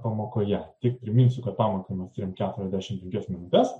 pamokoje tik priminsiu kad pamokai mes turim keturiasdešimt penkias minutes